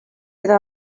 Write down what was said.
iddo